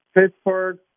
Pittsburgh